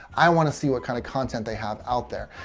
i want to see what kind of content they have out there.